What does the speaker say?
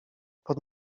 pod